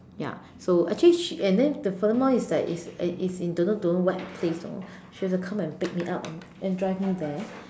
ya so actually she and then the furthermore is that if if in in don't know what place you know she have to come pick me up and and drive me there